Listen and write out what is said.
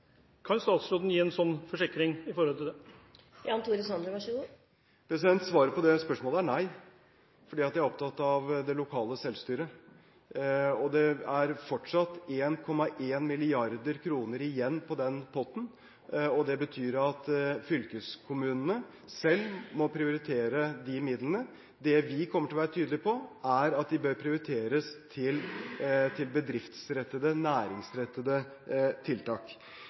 Kan statsråden gi en sånn forsikring? Svaret på det spørsmålet er nei, fordi jeg er opptatt av det lokale selvstyret. Det er fortsatt 1,1 mrd. kr igjen i den potten. Det betyr at fylkeskommunene selv må prioritere disse virkemidlene. Det vi kommer til å være tydelige på, er at de bør prioriteres til bedriftsrettede, næringsrettede, tiltak.